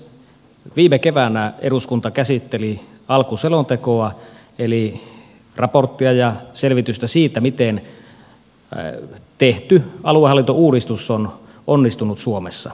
viime keväänä eduskunta käsitteli alku selontekoa eli raporttia ja selvitystä siitä miten tehty aluehallintouudistus on onnistunut suomessa